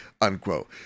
unquote